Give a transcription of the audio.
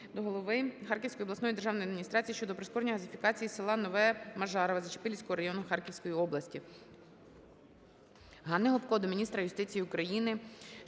Дякую.